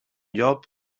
llop